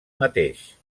mateix